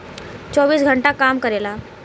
चौबीस घंटा काम करेला